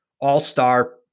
all-star